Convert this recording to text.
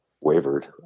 wavered